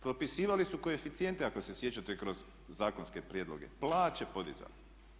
Propisivali su koeficijente ako se sjećate kroz zakonske prijedloge, plaće podizali.